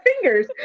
fingers